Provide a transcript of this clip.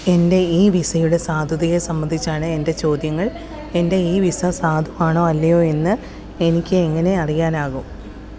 എന്റെ ഇ വിസയുടെ സാധുതയെ സംബന്ധിച്ചാണ് എന്റെ ചോദ്യങ്ങൾ എന്റെ ഇ വിസ സാധുവാണോ അല്ലയോ എന്ന് എനിക്ക് എങ്ങനെ അറിയാനാകും